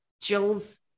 Jill's